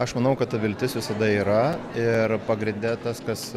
aš manau kad ta viltis visada yra ir pagrinde tas kas